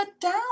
down